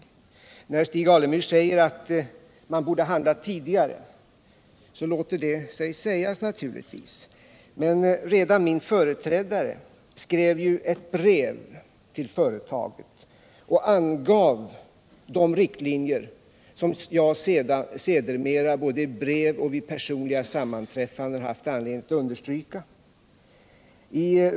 Det låter sig naturligtvis sägas att vi borde ha handlat tidgare. Men redan min företrädare skrev ett brev till företaget och angav de riktlinjer, som jag sedermera både i brev och vid personliga sammanträffanden haft anledning att understryka.